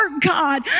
God